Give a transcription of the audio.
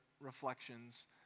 reflections